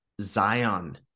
Zion